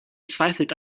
zweifelt